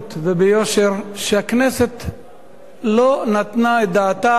וביושר שהכנסת לא נתנה את דעתה עליו,